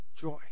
joy